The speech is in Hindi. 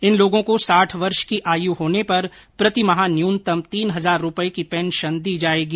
इन लोगों को साठ वर्ष की आयु होने पर प्रतिमाह न्यूनतम तीन हजार रुपर्य की पेंशन दी जाएगी